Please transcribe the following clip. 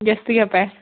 গেষ্ট্ৰিকে পায়